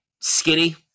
skinny